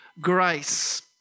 Grace